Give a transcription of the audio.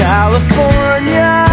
California